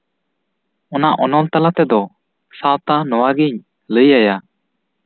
ᱚᱱᱟ ᱚᱱᱚᱞ ᱛᱟᱞᱟ ᱛᱮᱫᱚ ᱥᱟᱶᱛᱟ ᱱᱚᱣᱟ ᱜᱤᱧ ᱞᱟᱹᱭ ᱟᱭᱟ